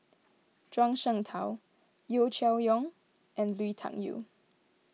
Zhuang Shengtao Yeo Cheow Tong and Lui Tuck Yew